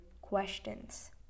questions